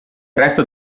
resto